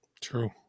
True